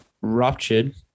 ruptured